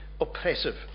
oppressive